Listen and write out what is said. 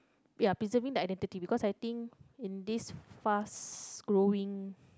ya preserving the identity because I think in this fast growing